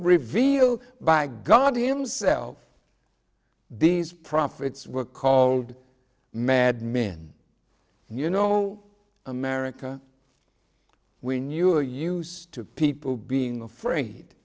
revealed by god himself these profits were called mad men you know america when you are used to people being afraid